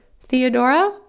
Theodora